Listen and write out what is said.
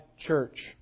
church